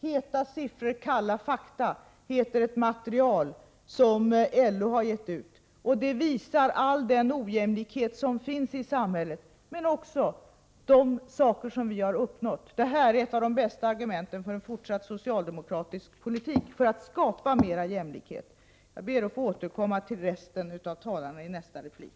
”Heta siffror, kalla fakta” heter ett material som LO har gett ut och som visar all den ojämlikhet som finns i samhället, men också de resultat vi har uppnått. Detta är ett av de bästa argumenten för en fortsatt socialdemokratisk politik — för att skapa jämlikhet. Jag ber att få återkomma till inläggen från resten av talarna under nästa replik.